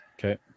okay